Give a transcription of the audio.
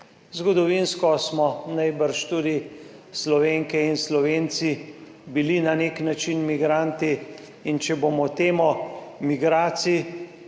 Zgodovinsko smo bili najbrž tudi Slovenke in Slovenci na nek način migranti. Če bomo temo migracij,